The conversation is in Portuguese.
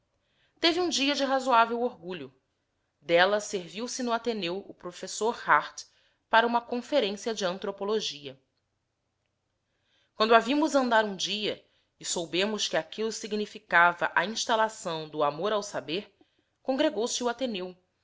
teve um dia de razoável orgulho dela serviu-se no ateneu o professor hartt para uma conferência de antropologia quando a vimos andar um dia e soubemos que aquilo significava a instalação do amor ao saber congregou-se o ateneu